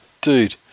Dude